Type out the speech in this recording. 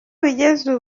bigeze